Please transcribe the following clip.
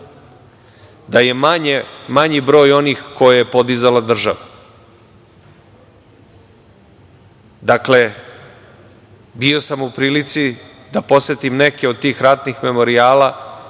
da je manji broj onih koje je podizala država. Dakle, bio sam u prilici da posetim neke od tih ratnih memorijala